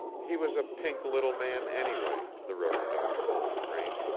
he was a pink little man, anyway, the reverend archibald crane,